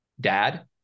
dad